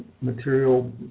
material